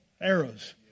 arrows